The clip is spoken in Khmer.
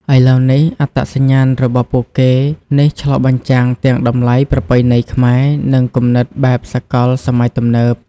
ឥឡូវនេះ អត្តសញ្ញាណរបស់ពួកគេនេះឆ្លុះបញ្ចាំងទាំងតម្លៃប្រពៃណីខ្មែរ និងគំនិតបែបសកលសម័យទំនើប។